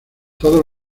todos